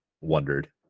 wondered